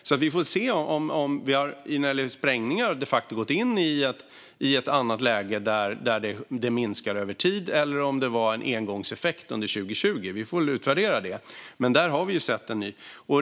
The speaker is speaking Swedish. Så vi får se om vi när det gäller sprängningar de facto har gått in i ett annat läge, där de minskar över tid, eller om det var en engångseffekt under 2020; vi får utvärdera det.